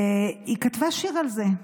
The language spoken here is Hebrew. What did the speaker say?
היא כתבה שיר על זה,